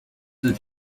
字体